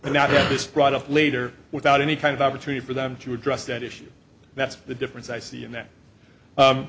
and not this brought up later without any kind of opportunity for them to address that issue that's the difference i see in that